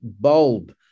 bulb